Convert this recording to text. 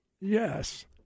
Yes